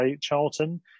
Charlton